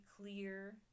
clear